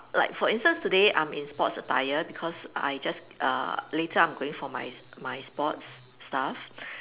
like for instance today I'm in sports attire because I just uh later I'm going for my my sports stuff